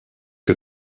que